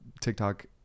tiktok